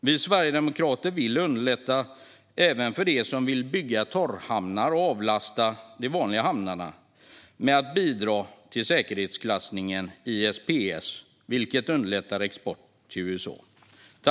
Vi sverigedemokrater vill även underlätta för dem som vill bygga torrhamnar och avlasta de vanliga hamnarna med att bidra till säkerhetsklassningen ISPS, vilket underlättar export till USA.